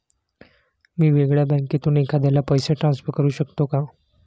मी वेगळ्या बँकेतून एखाद्याला पैसे ट्रान्सफर करू शकतो का?